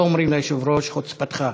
לא אומרים ליושב-ראש "חוצפתך".